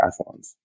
triathlons